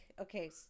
okay